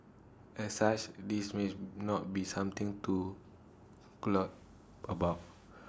as such this may not be something to gloat about